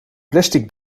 plastic